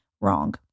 wrong